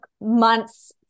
months